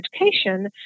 education